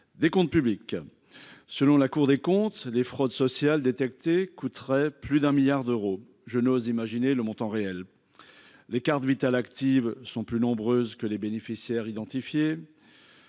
Des Comptes publics. Selon la Cour des comptes, les fraudes sociales détectées coûterait plus d'un milliard d'euros. Je n'ose imaginer le montant réel. Les cartes Vitale actives sont plus nombreuses que les bénéficiaires identifier.